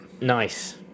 nice